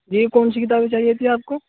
جی کون سی کتابیں چاہیے تھیں آپ کو